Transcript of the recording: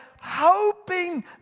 hoping